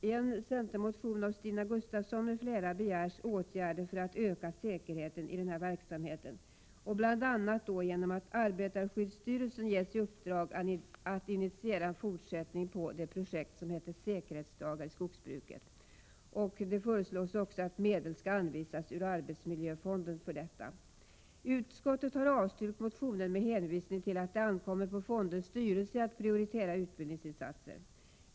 I en centermotion av Stina Gustavsson m.fl. begärs därför åtgärder för att öka säkerheten i den här verksamheten, bl.a. genom att arbetarskyddsstyrelsen ges i uppdrag att initiera en fortsättning på projektet ”Säkerhetsdagar i skogsbruket”. Det föreslås att medel anvisas ur arbetsmiljöfonden för detta projekt. Utskottet har avstyrkt motionen med hänvisning till att det ankommer på fondens styrelse att prioritera utbildningsinsatser.